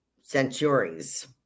Centuries